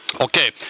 Okay